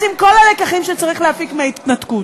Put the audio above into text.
אז עם כל הלקחים שצריך להפיק מההתנתקות,